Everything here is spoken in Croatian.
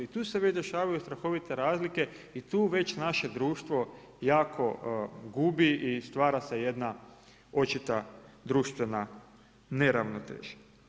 Tu se već dešavaju strahovite razlike i tu već naše društvo jako gubi i stvara se jedna očita društvena neravnoteža.